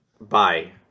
Bye